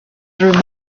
through